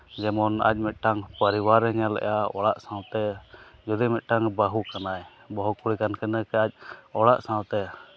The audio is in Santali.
ᱡᱮᱢᱚᱱ ᱟᱡ ᱢᱤᱫᱴᱟᱝ ᱯᱟᱨᱤᱵᱟᱨᱮ ᱧᱮᱞᱮᱫᱼᱟ ᱚᱲᱟᱜ ᱥᱟᱶᱛᱮ ᱡᱩᱫᱤ ᱢᱤᱫᱴᱟᱝ ᱵᱟᱹᱦᱩ ᱠᱟᱱᱟᱭ ᱵᱟᱹᱦᱩ ᱠᱩᱲᱤ ᱠᱟᱱ ᱠᱷᱟᱱᱮ ᱟᱡ ᱚᱲᱟᱜ ᱥᱟᱶᱛᱮ